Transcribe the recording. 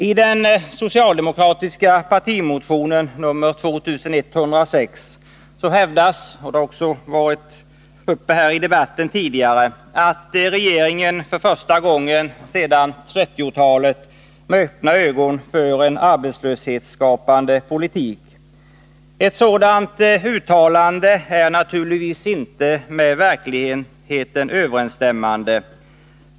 I den socialdemokratiska partimotionen nr 2106 hävdas — det har också varit uppe här i debatten tidigare — att regeringen för första gången sedan 1930-talet med öppna ögon för en arbetslöshetsskapande politik. Ett sådant uttalande är naturligtvis inte med verkligheten överensstämmande.